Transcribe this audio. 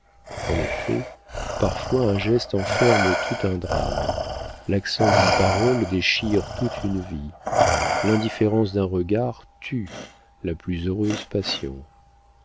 en effet parfois un geste enferme tout un drame l'accent d'une parole déchire toute une vie l'indifférence d'un regard tue la plus heureuse passion